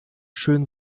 schön